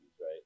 right